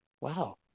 Wow